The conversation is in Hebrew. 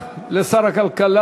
שר מכהן